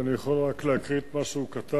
ואני יכול רק להקריא את מה שהוא כתב.